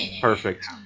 Perfect